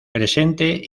presente